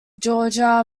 georgia